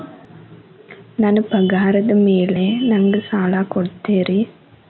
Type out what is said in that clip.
ನನ್ನ ಪಗಾರದ್ ಮೇಲೆ ನಂಗ ಸಾಲ ಕೊಡ್ತೇರಿ?